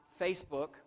Facebook